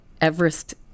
Everest